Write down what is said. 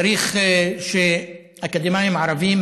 צריך שאקדמאים ערבים,